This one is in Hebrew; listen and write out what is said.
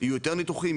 יהיו יותר ניתוחים,